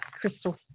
Crystal